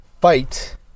fight